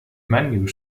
menu